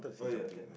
oh yeah can